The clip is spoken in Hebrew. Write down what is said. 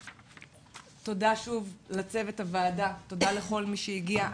תודה שוב לצוות הוועדה, תודה לכל מי שהגיע.